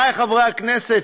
חברי חברי הכנסת,